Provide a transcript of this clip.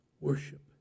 Worship